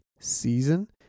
season